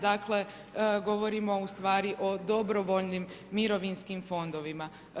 Dakle, govorimo u stvari o dobrovoljnim mirovinskim fondovima.